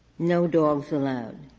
no dogs allowed?